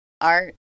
art